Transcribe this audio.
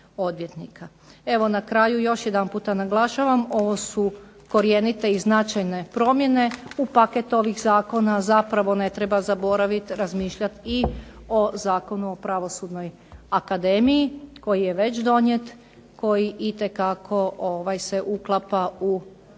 Evo na kraju još jedanputa naglašavam, ovo su korjenite i značajne promjene. U paket ovih zakona zapravo ne treba zaboraviti razmišljati i o Zakonu o Pravosudnoj akademiji, koji je već donijet, koji itekako se uklapa u ove